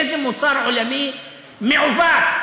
איזה מוסר עולמי מעוות,